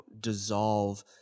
dissolve